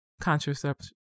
contraception